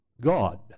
God